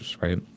right